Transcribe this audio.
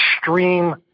extreme